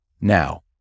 now